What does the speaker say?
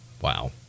Wow